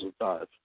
2005